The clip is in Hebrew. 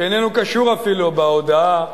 שאיננו קשור אפילו בהודאה,